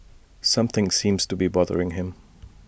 something seems to be bothering him